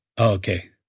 okay